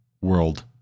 world